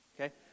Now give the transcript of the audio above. Okay